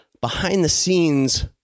behind-the-scenes